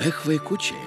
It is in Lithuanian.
ech vaikučiai